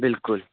बिलकुल